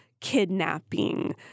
kidnapping